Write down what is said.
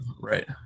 Right